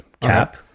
cap